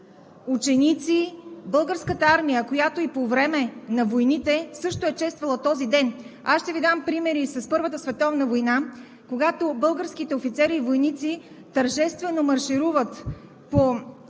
ученици, Българската армия, която и по време на войните също е чествала този ден. Ще Ви дам пример и с Първата световна война, когато българските офицери и войници тържествено маршируват по